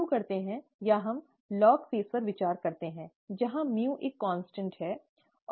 शुरू करते हैं या हम लॉग चरण पर विचार करते हैं जहां µ एक कांस्टेंट है